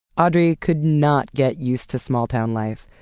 audrey could not get used to small town life.